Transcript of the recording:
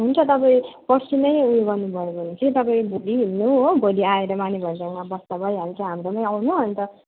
हुन्छ तपाईँ पर्सि नै उयो गर्नु भयो भने चाहिँ तपाईँ भोलि हिँड्नु हो भोलि आएर माने भन्जाङ बस्ता भइहाल्छ हाम्रोमा आउनु अन्त